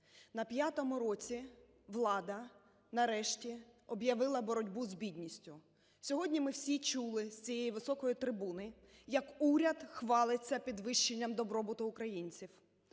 На п'ятому році влада нарешті об'явила боротьбу з бідністю. Сьогодні ми всі чули з цієї високої трибуни, як уряд хвалиться підвищенням добробуту українців